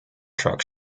truck